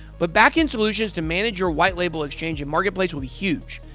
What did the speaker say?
but backend solutions to manage your whitelabel exchange and marketplace will be huge.